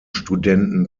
studenten